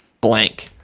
blank